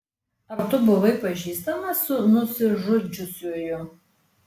ar tu buvai pažįstamas su nusižudžiusiuoju